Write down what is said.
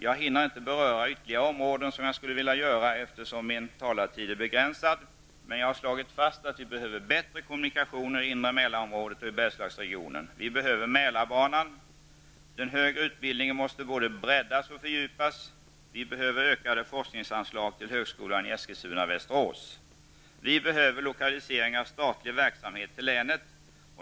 Jag hinner inte beröra ytterligare områden som jag skulle vilja ta upp, eftersom min taletid är begränsad. Men jag har slagit fast att vi behöver bättre kommunikationer i inre Mälarområdet och i Bergslagsregionen. Vi behöver Mälarbanan. Den högre utbildningen måste både breddas och fördjupas. Vi behöver ökade forskningsanslag till högskolan i Eskilstuna/Västerås. Vi behöver lokalisering av statlig verksamhet till länet.